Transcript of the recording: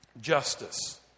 justice